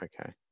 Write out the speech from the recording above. Okay